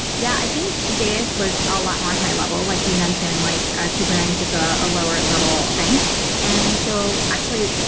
yeah, i think deis was a lot more high level, like you mentioned. like ah kubernetes is ah a lower level thing and so actually,